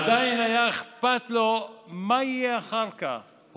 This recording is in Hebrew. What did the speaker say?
עדיין היה אכפת לו מה יהיה אחר כך,